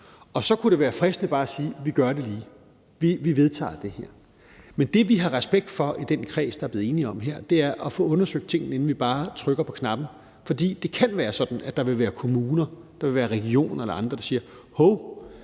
Og så kunne det være fristende bare at sige: Vi gør det lige; vi vedtager det her. Men det, vi har respekt for i den kreds, der er blevet enige om det her, er at få undersøgt tingene, inden vi bare trykker på knappen, fordi det kan være sådan, at der vil være kommuner, der vil være regioner eller andre, der siger: Hov,